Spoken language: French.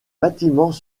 bâtiments